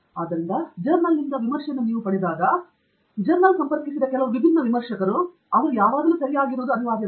ಆದ್ದರಿಂದ ಜರ್ನಲ್ ನಿಂದ ವಿಮರ್ಶೆಯನ್ನು ನೀವು ಪಡೆದಾಗ ನಿಮಗೆ ತಿಳಿದಿರುವ ಜರ್ನಲ್ ಸಂಪರ್ಕಿಸಿದ ಕೆಲವು ವಿಭಿನ್ನ ವಿಮರ್ಶಕರು ಅವರು ಯಾವಾಗಲೂ ಸರಿಯಾಗಿರುವುದು ಅನಿವಾರ್ಯವಲ್ಲ